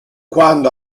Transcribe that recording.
quando